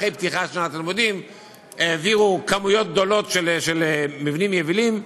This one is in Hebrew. אחרי פתיחת שנת הלימודים הם העבירו כמויות גדולות של מבנים יבילים.